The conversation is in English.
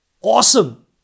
awesome